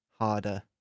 harder